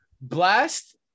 Blast